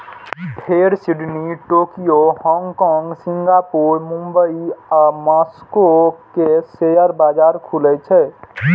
फेर Sydney, Tokyo, Hong Kong, Singapore, Mumbai आ Moscow के शेयर बाजार खुलै छै